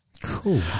Cool